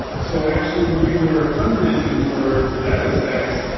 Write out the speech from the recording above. so, actually when we were fundraising for for datastax,